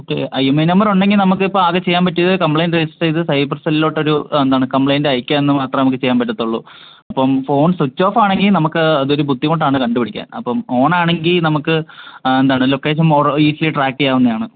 okay IMEI number ഉണ്ടെങ്കിൽ നമുക്ക് ഇപ്പം ആകെ ചെയ്യാൻ പറ്റിയത് കംപ്ലയിൻറ്റ് രജിസ്റ്റർ ചെയ്ത് സൈബർ സെല്ലിലോട്ട് ഒരു എന്താണ് കംപ്ലയിൻറ്റ് അയക്കുക എന്ന് മാത്രമെ നമുക്ക് ചെയ്യാൻ പറ്റത്തുള്ളൂ അപ്പം ഫോൺ സ്വിച്ച് ഓഫ് ആണെങ്കിൽ നമുക്ക് അതൊരു ബുദ്ധിമുട്ടാണ് കണ്ടുപിടിക്കാൻ അപ്പം ഓൺ ആണെങ്കിൽ നമുക്ക് എന്താണ് ലൊക്കേഷൻ മോഡ് ഈസി ട്രാക്ക് ചെയ്യാവുന്നതാണ്